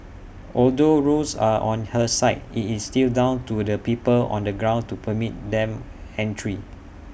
although rules are on her side IT is still down to the people on the ground to permit them entry